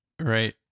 right